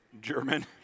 German